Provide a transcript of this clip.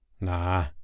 Nah